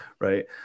right